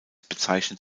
bezeichnet